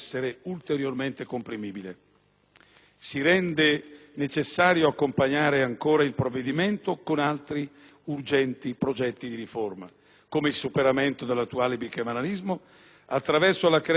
Si rende necessario accompagnare il provvedimento con altri urgenti progetti di riforma, come il superamento dell'attuale bicameralismo, attraverso la creazione di una Camera delle autonomie territoriali,